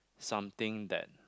something that